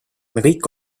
kõik